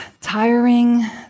tiring